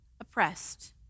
oppressed